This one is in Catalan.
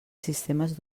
sistemes